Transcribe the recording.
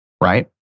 Right